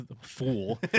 fool